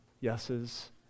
yeses